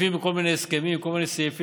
ומנפנפים בכל מיני הסכמים, כל מיני סעיפים?